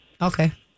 Okay